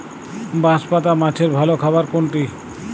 বাঁশপাতা মাছের ভালো খাবার কোনটি?